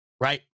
Right